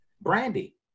Brandy